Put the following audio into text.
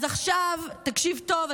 אז עכשיו תקשיב טוב,